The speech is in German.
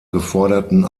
geforderten